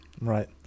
Right